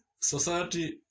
society